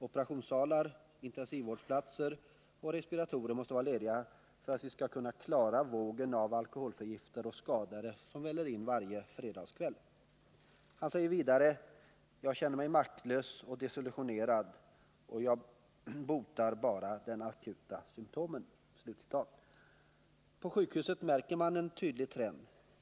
Operationssalar, intensivvårdsplatser och respiratorer måste vara lediga för att man skall kunna klara vågen av alkoholförgiftade och skadade som väller in varje fredagskväll. Han säger vidare: ”Jag känner mig maktlös och desillusionerad, jag botar bara de akuta symtomen.” På sjukhuset märker man en tydlig trend.